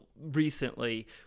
recently